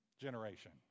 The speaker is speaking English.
generation